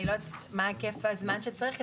אני לא יודעת מה היקף הזמן שצריך כי